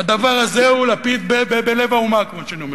והדבר הזה הוא לפיד בלב האומה, כמו שאני אומר.